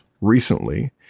recently